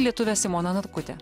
lietuvė simona narkutė